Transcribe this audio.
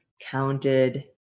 counted